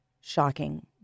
shocking